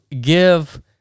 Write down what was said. give